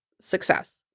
success